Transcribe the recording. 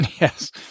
Yes